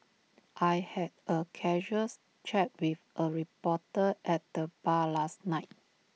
I had A casuals chat with A reporter at the bar last night